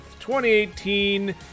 2018